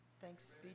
Thanks